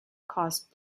cost